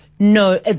No